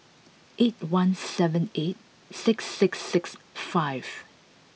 eight one seven eight six six six five